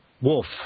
Wolf